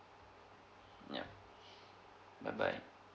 yup bye bye